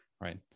right